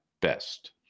best